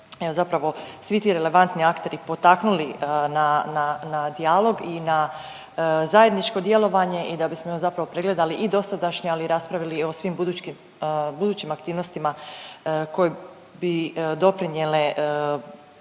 zapravo svi ti relevantni akteri potaknuli na, na, na dijalog i na zajedničko djelovanje i da bismo evo zapravo pregledali i dosadašnje, ali i raspravili i o svim budućim aktivnostima koje bi doprinjele